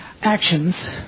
actions